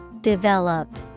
Develop